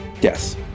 Yes